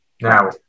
Now